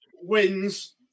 wins